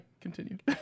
continued